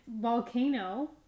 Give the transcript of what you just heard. volcano